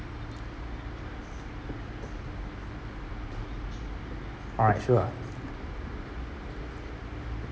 alright sure